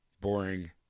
boring